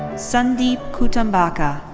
sundeep kutumbaka.